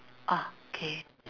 ah okay